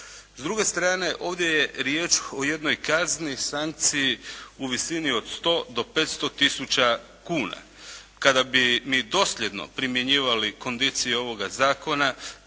S druge strane ovdje je riječ o jednoj kazni, sankciji u visini od 100 do 500000 kuna. Kada bi mi dosljedno primjenjivali kondicije ovoga zakona